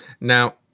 Now